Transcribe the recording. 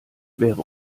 wäre